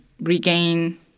regain